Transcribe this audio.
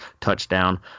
touchdown